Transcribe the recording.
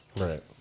right